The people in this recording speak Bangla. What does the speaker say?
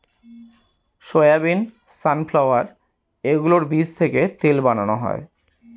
সয়াবিন, সানফ্লাওয়ার এগুলোর বীজ থেকে তেল বানানো হয়